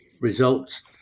results